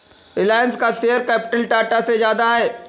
रिलायंस का share capital Tata से ज्यादा है